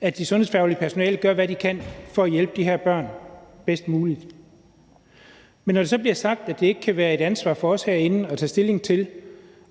at det sundhedsfaglige personale gør, hvad de kan for at hjælpe de her børn bedst muligt. Men når det så bliver sagt, at det ikke kan være et ansvar for os herinde at tage stilling til,